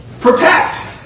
Protect